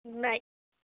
ఉన్నాయి